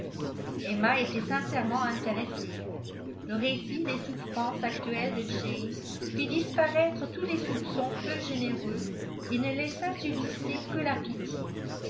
emma était sincèrement intéressée le récit des souffrances actuelles de jane fit disparaître tous les soupçons peu généreux et ne laissa subsister que la pitié